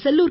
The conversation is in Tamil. செல்லூர்